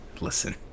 listen